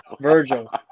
virgil